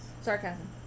sarcasm